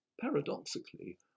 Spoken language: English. paradoxically